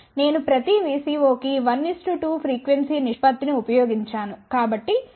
నేను ప్రతి VCO కి 1 2 ఫ్రీక్వెన్సీ నిష్పత్తిని ఉపయోగించాను